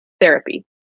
therapy